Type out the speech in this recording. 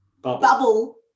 Bubble